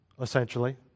essentially